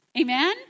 Amen